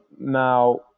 now